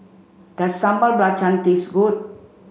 does Sambal Belacan taste good